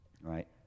right